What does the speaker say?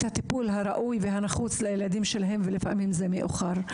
הטיפול הראוי והנחוץ לילדים שלהם ולפעמים זה מאוחר.